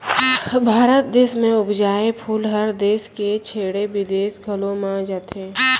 भारत देस म उपजाए फूल हर देस के छोड़े बिदेस घलौ म भेजे जाथे